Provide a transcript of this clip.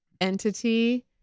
entity